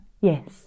Yes